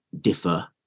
differ